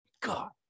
God